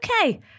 Okay